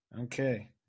Okay